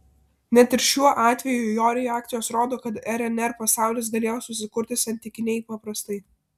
net ir šiuo atveju jo reakcijos rodo kad rnr pasaulis galėjo susikurti santykiniai paprastai